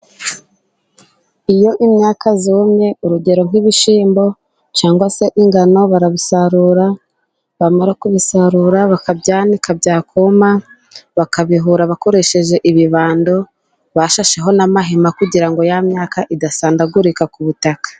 Iyo imyaka yumye urugero nk'ibishyimbo cyangwa se ingano, barabisarura. Bamara kubisarura, bakabyanika, byakuma bakabihura bakoresheje ibibando, bashasheho n'amahema kugira ngo ya myaka idasandagurika ku butaka.